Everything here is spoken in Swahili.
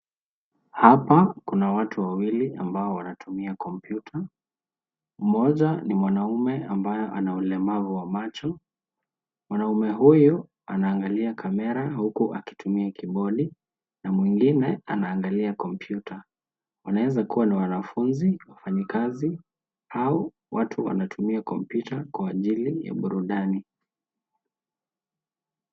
Hapa kuna watu wawili ambao wanatumia kompyuta. Mmoja ni mwanaume ambaye ana ulemavu wa macho. Mwanaume huyu anaangalia kamera huku akitumia kibodi na mwingine anaangalia kompyuta. Wanaezakua ni wanafunzi, wafanyikazi au watu wanaotumia kompyuta kwa ajili ya burudani.